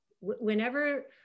whenever